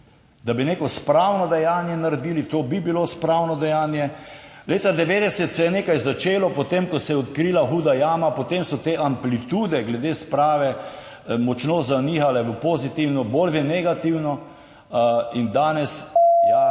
da bi neko spravno dejanje naredili, to bi bilo spravno dejanje. Leta 1990 se je nekaj začelo, potem ko se je odkrila Huda jama, potem so te amplitude glede sprave močno zanihale v pozitivno, bolj v negativno in danes, ja,